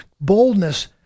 boldness